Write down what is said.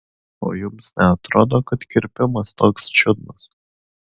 o jums neatrodo kad kirpimas toks čiudnas